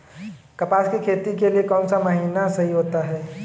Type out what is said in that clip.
कपास की खेती के लिए कौन सा महीना सही होता है?